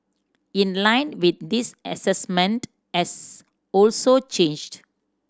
in line with this assessment has also changed